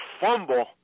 fumble